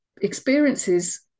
experiences